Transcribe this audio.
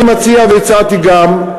אני מציע, והצעתי גם,